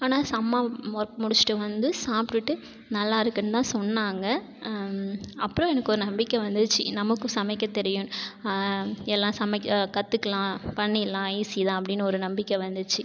ஆனால் சம்மா மொர் முடித்ட்டு வந்து சாப்பிட்டுட்டு நல்லாயிருக்கு தான் சொன்னாங்க அப்புறம் எனக்கு ஒரு நம்பிக்கை வந்துச்சு நமக்கும் சமைக்க தெரியும் எல்லாம் சமைக்க கத்துக்கலாம் பண்ணிடலாம் ஈஸிதான் அப்படினு ஒரு நம்பிக்கை வந்துச்சு